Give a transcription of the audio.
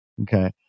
Okay